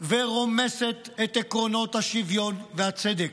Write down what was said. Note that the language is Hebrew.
ורומסת את עקרונות השוויון והצדק.